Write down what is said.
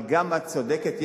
אבל גם את צודקת,